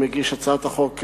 מגיש הצעת החוק,